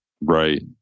Right